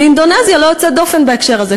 ואינדונזיה אינה יוצאת דופן בהקשר הזה.